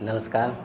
नमस्कार